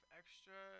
extra